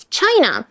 China